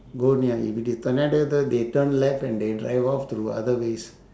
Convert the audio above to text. go near it because tornadoes they turn left and they drive off to other ways